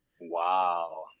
Wow